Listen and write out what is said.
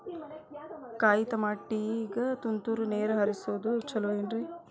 ಕಾಯಿತಮಾಟಿಗ ತುಂತುರ್ ನೇರ್ ಹರಿಸೋದು ಛಲೋ ಏನ್ರಿ?